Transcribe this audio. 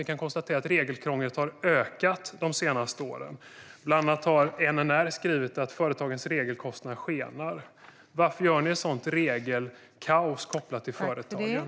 Vi kan konstatera att regelkrånglet har ökat de senaste åren. Bland annat har NNR skrivit att företagens regelkostnader skenar. Varför skapar ni ett sådant regelkaos kopplat till företagen?